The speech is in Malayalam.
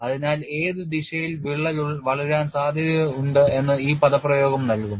അതിനാൽ ഏത് ദിശയിൽ വിള്ളൽ വളരാൻ സാധ്യതയുണ്ട് എന്ന് ഈ പദപ്രയോഗം നൽകും